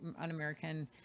un-American